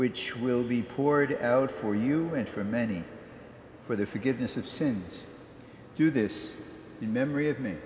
which will be poured out for you and for many for the forgiveness of sins do this in memory of me